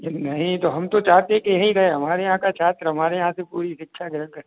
नहीं तो हम तो चाहते हैं कि यही रहें हमारे यहाँ का छात्र हमारे यहाँ से पूरी शिक्षा ग्रहण करे